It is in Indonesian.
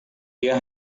dia